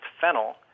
fennel